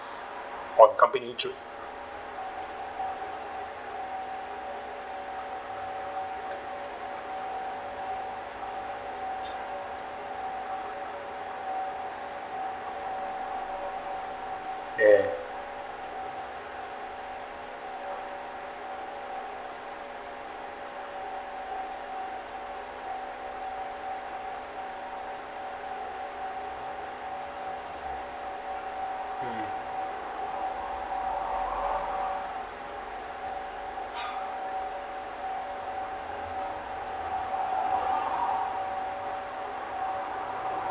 on company trip eh mm